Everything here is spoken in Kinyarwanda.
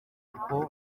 kuko